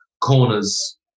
corners